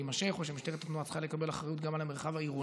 יימשך או שמשטרת התנועה צריכה לקבל אחריות גם על המרחב העירוני,